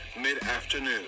mid-afternoon